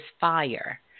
fire